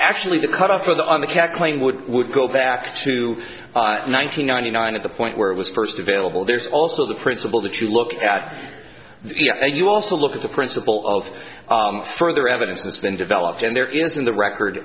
actually the cut off for the on the cat claim would would go back to nine hundred ninety nine at the point where it was first available there's also the principle that you look at it and you also look at the principle of further evidence that's been developed and there is in the record